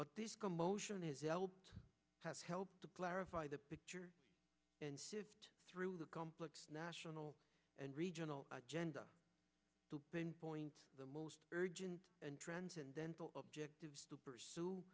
but this commotion is has helped to clarify the picture and through the complex national and regional agenda to pinpoint the most urgent and transcendental objectives to pursue